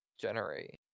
generate